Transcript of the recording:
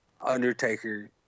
undertaker